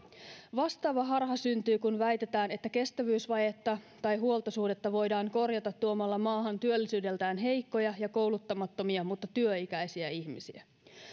vastaava harha syntyy kun väitetään että kestävyysvajetta tai huoltosuhdetta voidaan korjata tuomalla maahan työllisyydeltään heikkoja ja kouluttamattomia mutta työikäisiä ihmisiä